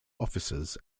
officers